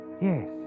Yes